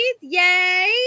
yay